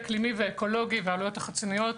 אקלימי ואקולוגי והעלויות החיצוניות,